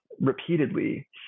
repeatedly